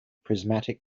prismatic